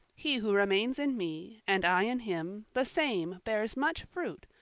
he who remains in me, and i in him, the same bears much fruit,